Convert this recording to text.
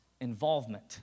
involvement